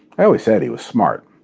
i always said he was smart.